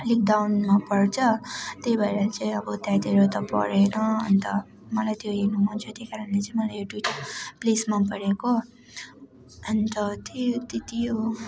अलिक डाउनमा पर्छ त्यही भएर चाहिँ अब त्यहाँतिर त परेन अन्त मलाई त्यो हेर्नु मन छ त्यहीकारणले चाहिँ मलाई यो दुइटा प्लेस मन परेको अन्त त्यति हो